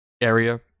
area